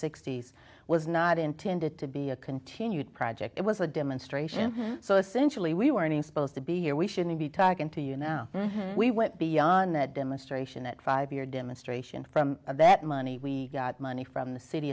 sixty's was not intended to be a continued project it was a demonstration so essentially we were any supposed to be here we shouldn't be talking to you now we went beyond that demonstration that five year demonstration from that money we got money from the city